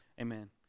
Amen